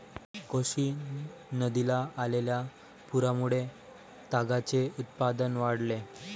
कोसी नदीला आलेल्या पुरामुळे तागाचे उत्पादन वाढले